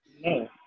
No